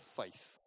faith